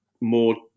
more